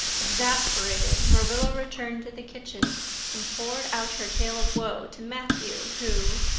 exasperated, marilla returned to the kitchen and poured out her tale of woe to matthew, who,